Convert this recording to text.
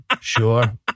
sure